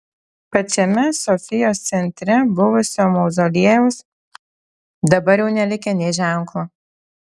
pačiame sofijos centre buvusio mauzoliejaus dabar jau nelikę nė ženklo